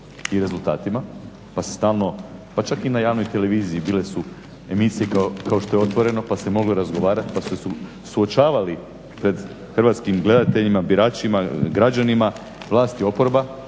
i rezultatima pa se stalno pa čak i na javnoj televiziji bile su emisije kao što je otvoreno pa se moglo razgovarati pa su se suočavali pred hrvatskim gledateljima, biračima vlast i oporba.